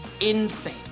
insane